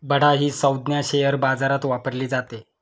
बडा ही संज्ञा शेअर बाजारात वापरली जाते